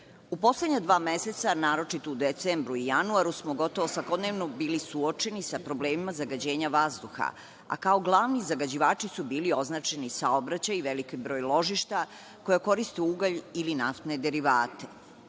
poslednja dva meseca, naročito u decembru i januaru, smo gotovo svakodnevno bili suočeni sa problemima zagađenja vazduha, a kao glavni zagađivači su bili označeni saobraćaj, veliki broj ložišta koja koriste ugalj ili naftne derivatel